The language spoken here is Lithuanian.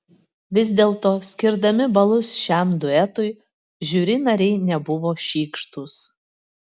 vis dėlto skirdami balus šiam duetui žiuri nariai nebuvo šykštūs